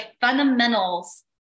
fundamentals